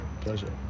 pleasure